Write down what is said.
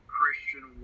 Christian